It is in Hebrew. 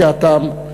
בשעתם,